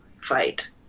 fight